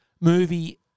movie